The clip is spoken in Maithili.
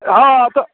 हँ तऽ